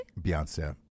Beyonce